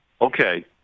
Okay